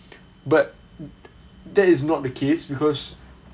but that is not the case because